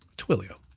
twilio.